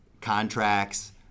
contracts